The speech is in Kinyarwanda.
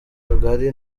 kagari